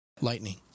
Lightning